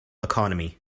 economy